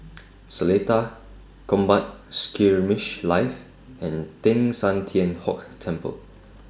Seletar Combat Skirmish Live and Teng San Tian Hock Temple